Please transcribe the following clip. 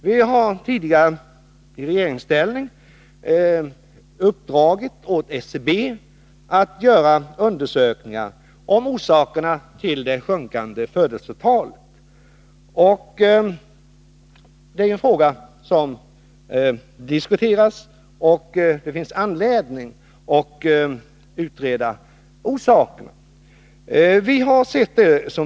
Vi har tidigare i regeringsställning uppdragit åt SCB att göra undersökningar om orsakerna till det minskande födelsetalet. Det är ju en fråga som diskuteras, och det finns anledning att utreda orsakerna.